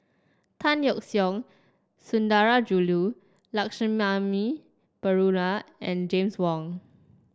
Tan Yeok Seong Sundarajulu Lakshmana Perumal and James Wong